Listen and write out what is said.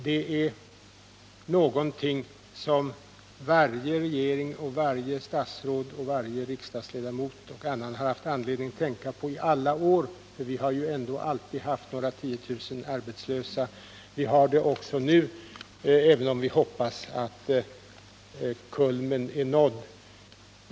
Det är någonting som varje regering, varje statsråd och varje riksdagsledamot och andra har haft anledning att tänka på i alla år. Vi har ändå alltid haft några tiotusental arbetslösa och har det också nu, även om vi hoppas att kulmen är nådd.